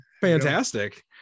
Fantastic